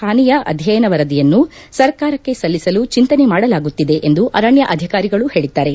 ಹಾನಿಯ ಅಧ್ಯಯನ ವರದಿಯನ್ನು ಸರ್ಕಾರಕ್ಕೆ ಸಲ್ಲಿಸಲು ಚಿಂತನೆ ಮಾಡಲಾಗುತ್ತಿದೆ ಎಂದು ಅರಣ್ಣ ಅಧಿಕಾರಿಗಳು ಹೇಳಿದ್ದಾರೆ